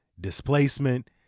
displacement